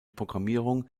programmierung